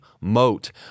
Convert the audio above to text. moat